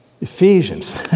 Ephesians